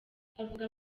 avuga